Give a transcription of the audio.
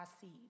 seed